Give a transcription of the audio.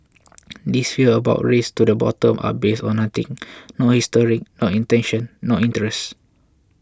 these fears about race to the bottom are based on nothing not history not intention nor interest